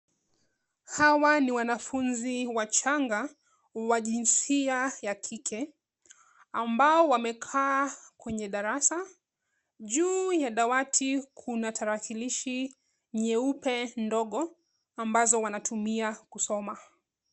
Hawa ni wanafunzi wachanga wa jinsia ya kike ambao wamekaa kwenye darasa. Juu ya dawati kuna tarakilishi nyeupe ndogo ambazo wanatumia kusoma.